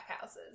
houses